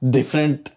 Different